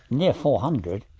yeah four hundred.